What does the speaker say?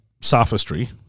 sophistry